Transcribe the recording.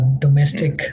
Domestic